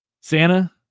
Santa